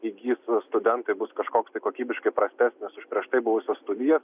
įgis studentai bus kažkoks tai kokybiškai prastesnis už prieš tai buvusias studijas